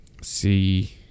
see